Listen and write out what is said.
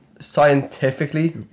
scientifically